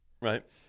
right